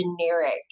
generic